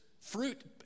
fruit